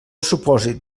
supòsit